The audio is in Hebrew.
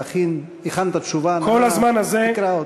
הכנת תשובה מלאה, כל הזמן הזה, תקרא אותה.